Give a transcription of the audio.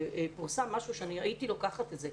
פורסם משהו שאני הייתי לוקחת את זה,